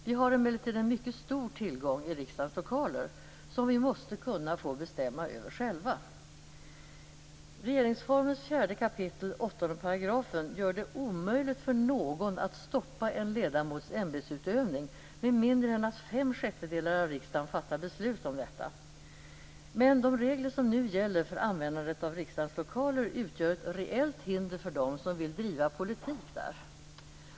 Vi har emellertid en mycket stor tillgång i riksdagens lokaler, som vi måste kunna få bestämma över själva. Regeringsformen 4 kap. 8 § gör det omöjligt för någon att stoppa en ledamots ämbetsutövning, med mindre än att fem sjättedelar av riksdagen fattar beslut om detta. Men de regler som nu gäller för användandet av riksdagens lokaler utgör ett reellt hinder för dem som vill driva politik där.